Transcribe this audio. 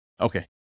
Okay